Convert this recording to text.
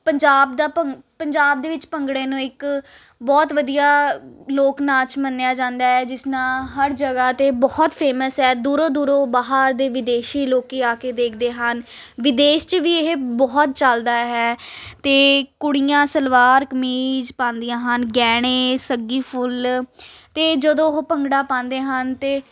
ਪੰਜਾਬ ਦਾ ਭੰਗ ਪੰਜਾਬ ਦੇ ਵਿੱਚ ਭੰਗੜੇ ਨੂੰ ਇੱਕ ਬਹੁਤ ਵਧੀਆ ਲੋਕ ਨਾਚ ਮੰਨਿਆ ਜਾਂਦਾ ਹੈ ਜਿਸ ਨਾਲ ਹਰ ਜਗ੍ਹਾ 'ਤੇ ਬਹੁਤ ਫੇਮਸ ਹੈ ਦੂਰੋਂ ਦੂਰੋਂ ਬਾਹਰ ਦੇ ਵਿਦੇਸ਼ੀ ਲੋਕੀ ਆ ਕੇ ਦੇਖਦੇ ਹਨ ਵਿਦੇਸ਼ 'ਚ ਵੀ ਇਹ ਬਹੁਤ ਚੱਲਦਾ ਹੈ ਅਤੇ ਕੁੜੀਆਂ ਸਲਵਾਰ ਕਮੀਜ਼ ਪਾਉਂਦੀਆਂ ਹਨ ਗਹਿਣੇ ਸੱਗੀ ਫੁੱਲ ਅਤੇ ਜਦੋਂ ਉਹ ਭੰਗੜਾ ਪਾਉਂਦੇ ਹਨ ਅਤੇ